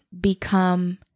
become